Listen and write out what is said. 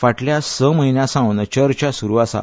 फाटल्या स म्हयन्यां सावन चर्चा सुरूआसा